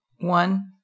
One